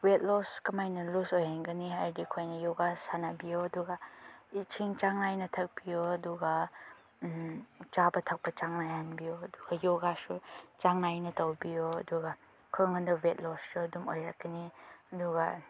weight loss ꯀꯃꯥꯏꯅ loss ꯑꯣꯏꯍꯟꯒꯅꯤ ꯍꯥꯏꯔꯗꯤ ꯑꯩꯈꯣꯏꯅ ꯌꯣꯒꯥ ꯁꯥꯟꯅꯕꯤꯌꯣ ꯑꯗꯨꯒ ꯏꯁꯤꯡ ꯆꯥꯡ ꯅꯥꯏꯅ ꯊꯛꯄꯤꯌꯣ ꯑꯗꯨꯒ ꯆꯥꯕ ꯊꯛꯄ ꯆꯥꯡ ꯅꯥꯏꯍꯟꯕꯤꯌꯣ ꯑꯗꯨꯒ ꯌꯣꯒꯥꯁꯨ ꯆꯥꯡ ꯅꯥꯏꯅ ꯇꯧꯕꯤꯌꯣ ꯑꯗꯨꯒ ꯑꯩꯈꯣꯏꯉꯣꯟꯗ ꯋꯦꯠ ꯂꯣꯁꯁꯨ ꯑꯗꯨꯝ ꯑꯣꯏꯔꯛꯀꯅꯤ ꯑꯗꯨꯒ